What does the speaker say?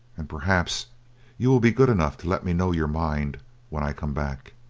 and perhaps you will be good enough to let me know your mind when i come back